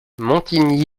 montigny